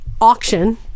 auction